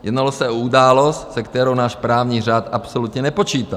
Jednalo se o událost, se kterou náš právní řád absolutně nepočítal.